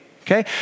Okay